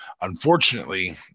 Unfortunately